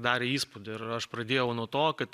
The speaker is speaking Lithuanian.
darė įspūdį ir aš pradėjau nuo to kad